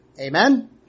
Amen